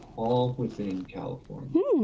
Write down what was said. all within california.